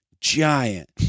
giant